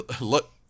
look